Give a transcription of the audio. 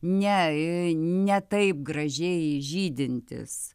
ne ne taip gražiai žydintis